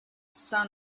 son